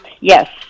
Yes